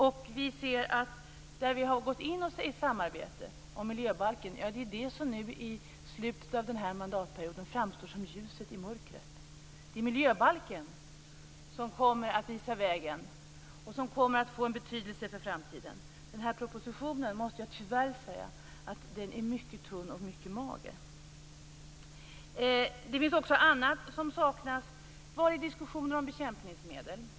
Det område där vi har gått in i samarbete, dvs. miljöbalken, är det som nu i slutet av den här mandatperioden framstår som ljuset i mörkret. Det är miljöbalken som kommer att visa vägen och som kommer att få en betydelse för framtiden. Jag måste tyvärr säga att den här propositionen är mycket tunn och mager. Det finns också annat som saknas. Var är diskussionen om bekämpningsmedel?